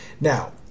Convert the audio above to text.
Now